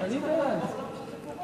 ואני צריכה להיות באולם כשזה קורה.